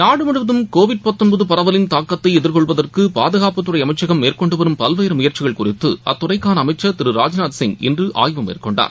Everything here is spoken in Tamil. நாடுமுழுவதும் கோவிட் பரவலின் தாக்கத்தைஎதிர்கொள்வதற்குபாதுகாப்புத் துறைஅமைச்சகம் மேற்கொண்டுவரும் பல்வேறுமுயற்சிகள் குறித்துஅத்துறைக்கானஅமைச்சர் திரு ராஜ்நாத் சிங் இன்றுஆய்வு மேற்கொண்டார்